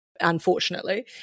unfortunately